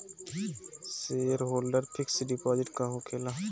Shareholder fix deposit का होखे ला?